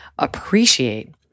appreciate